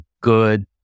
good